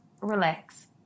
relax